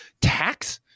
tax